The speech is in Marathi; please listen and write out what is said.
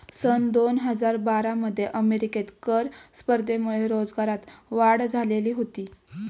सन दोन हजार बारा मध्ये अमेरिकेत कर स्पर्धेमुळे रोजगारात वाढ झालेली होती